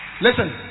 Listen